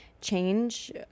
change